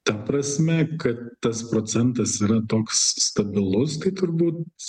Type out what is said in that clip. ta prasme kad tas procentas yra toks stabilus tai turbūt